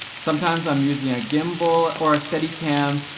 sometimes i'm using a gimbal, or a steadicam,